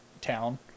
town